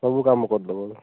ସବୁ କାମ କରିଦେବ